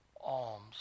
alms